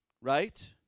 Right